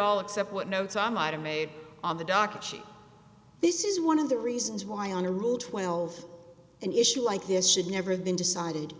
all except what notes i might have made on the docket sheet this is one of the reasons why on a rule twelve an issue like this should never have been decided